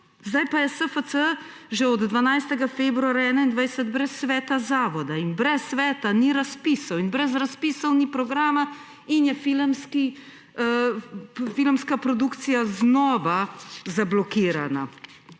zdaj je pa SFC že od 12. februarja 2021 brez sveta zavoda in brez sveta ni razpisov in brez razpisov ni programa in je filmska produkcija znova zablokirana.